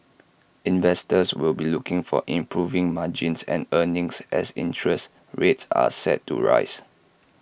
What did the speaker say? investors will be looking for improving margins and earnings as interest rates are set to rise